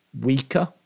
weaker